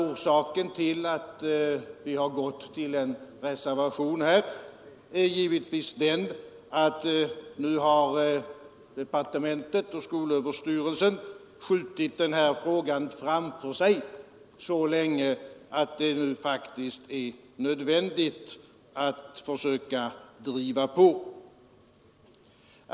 Orsaken till att vi har avgivit en reservation är att departementet och skolöverstyrelsen nu skjutit den här frågan framför sig så länge att det är nödvändigt att försöka driva på.